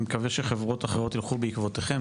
אני מקווה שחברות אחרות יילכו בעקבותיכם.